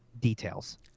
details